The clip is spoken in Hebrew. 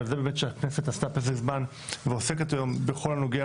ועל זה באמת שהכנסת עשתה פסק זמן ועוסקת היום בכל הנוגע